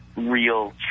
real